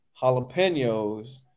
jalapenos